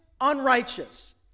unrighteous